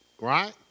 right